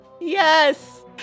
Yes